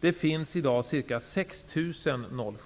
Det finns i dag ca 6 000